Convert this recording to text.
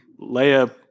Leia